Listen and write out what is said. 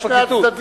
זה שני הצדדים,